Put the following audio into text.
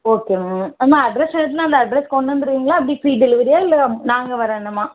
okay ma'am ma'am address எழுதினா அந்த அட்ரஸ்க்கு கொண்டு வந்துடுவீங்களா எப்படி ஃப்ரீ டெலிவரியா இல்லை நாங்கள் வரணுமா